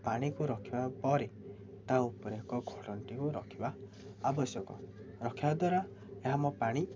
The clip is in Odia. ପାଣିକୁ ରଖିବା ପରେ ତା ଉପରେ ଏକ ଘୋଡ଼ଣୀଟିକୁ ରଖିବା ଆବଶ୍ୟକ ରଖିବା ଦ୍ୱାରା ଏହା ଆମ ପାଣି